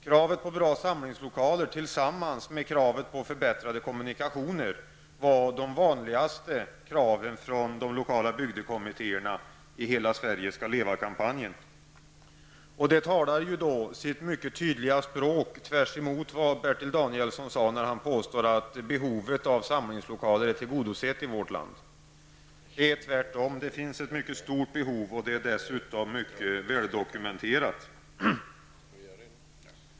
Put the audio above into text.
Kravet på bra samlingslokaler tillsammans med kravet på förbättrade kommunikationer var de vanligaste kraven från de lokala bygdekommittéerna i kampanjen Hela Sverige skall leva. Detta talar sitt mycket tydliga språk, tvärtemot vad Bertil Danielsson sade när han påstod att behovet av samlingslokaler är tillgodosett i vårt land. Det finns ett mycket stort behov som dessutom är mycket väldokumenterat.